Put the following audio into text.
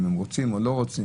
אם הם רוצים או לא רוצים.